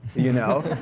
you know?